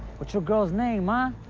what your girl's name, huh?